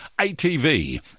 ATV